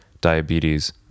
diabetes